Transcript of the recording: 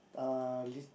uh